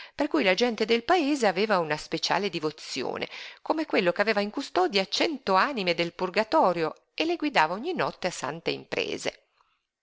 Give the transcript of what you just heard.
per cui la gente del paese aveva una special divozione come quello che aveva in custodia cento anime del purgatorio e le guidava ogni notte a sante imprese